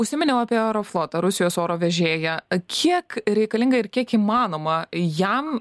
užsiminiau apie aeroflotą rusijos oro vežėją kiek reikalinga ir kiek įmanoma jam